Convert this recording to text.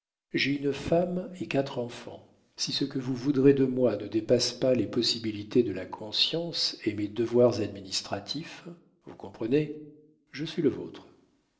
j'ai une femme et quatre enfants si ce que vous voudrez de moi ne dépasse pas les possibilités de la conscience et mes devoirs administratifs vous comprenez je suis le vôtre